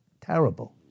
Terrible